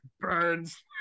burns